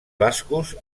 bascos